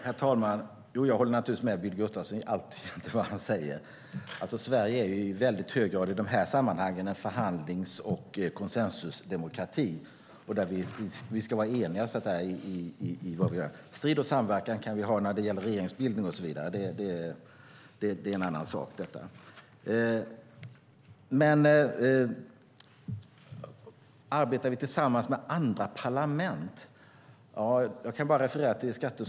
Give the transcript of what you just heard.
Herr talman! Jag håller naturligtvis med Billy Gustafsson i allt han säger. Sverige är i hög grad i de här sammanhangen en förhandlings och konsensusdemokrati. Vi ska vara eniga. Strid och samverkan kan vi ha när det gäller regeringsbildning och sådant, men detta är en annan sak. Arbetar vi tillsammans med andra parlament? Jag kan bara referera till skatteutskottet.